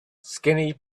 skinny